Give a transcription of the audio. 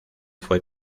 fue